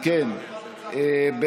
אם כן,